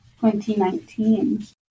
2019